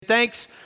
Thanks